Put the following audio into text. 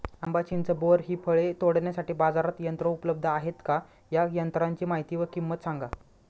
आंबा, चिंच, बोर हि फळे तोडण्यासाठी बाजारात यंत्र उपलब्ध आहेत का? या यंत्रांची माहिती व किंमत सांगा?